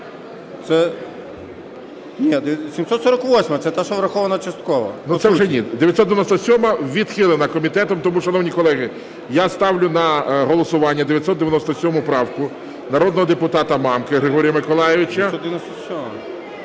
Ні, 748-а. Це та, що врахована частково.